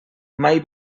mai